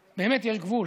באמת, יש גבול.